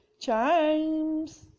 chimes